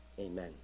Amen